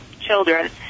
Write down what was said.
children